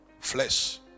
flesh